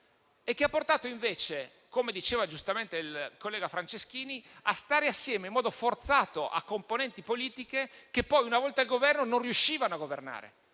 ha portato, invece, come diceva giustamente il collega Franceschini, a far stare insieme in modo forzato componenti politiche che poi, una volta al Governo, non riuscivano a governare.